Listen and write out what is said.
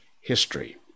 history